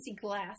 glass